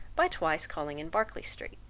by twice calling in berkeley street.